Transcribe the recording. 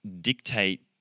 dictate